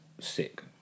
sick